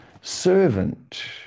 servant